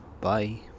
bye